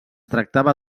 tractava